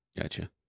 Gotcha